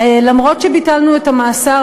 אומנם ביטלנו את המאסר,